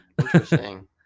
Interesting